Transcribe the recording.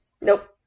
Nope